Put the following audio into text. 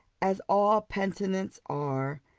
as all penitents are,